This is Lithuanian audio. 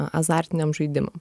azartiniams žaidimam